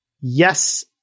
Yes